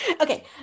Okay